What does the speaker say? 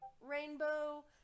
rainbow